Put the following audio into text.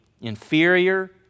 inferior